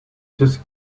just